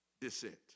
descent